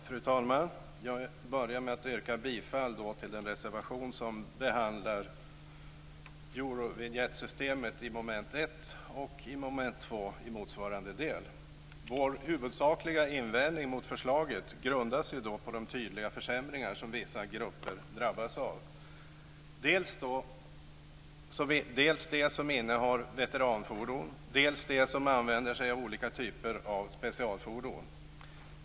Fru talman! Jag börjar med att yrka bifall till reservationen avseende mom. 1 och mom. 2 i motsvarande del, där Eurovinjettsystemet behandlas. Vår huvudsakliga invändning mot förslaget grundas på de tydliga försämringar som vissa grupper drabbas av. Det gäller då dels dem som innehar veteranfordon, dels dem som använder sig av olika typer av specialfordon.